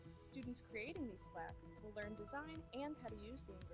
students creating these plaques will learn design and how to use the